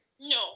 No